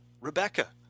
Rebecca